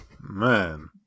Man